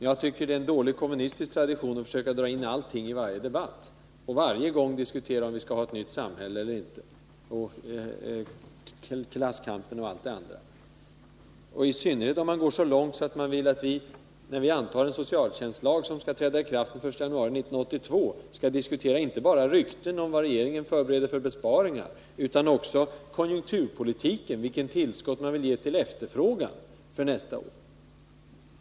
Jag tycker det är en dålig kommunistisk tradition att försöka dra in allting i varje debatt och varje gång diskutera om vi skall ha ett nytt samhälle eller inte, klasskampen och allt det andra — i synnerhet om man går så långt att man insisterar på att vi, när vi antar en socialtjänstlag som skall träda i kraft den 1 januari 1982, skall diskutera inte bara rykten om vilka besparingar regeringen förbereder utan också konjunkturpolitiken och vilket tillskott man vill ge efterfrågan nästa år.